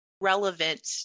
relevant